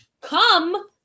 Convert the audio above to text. come